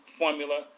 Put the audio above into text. formula